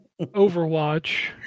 Overwatch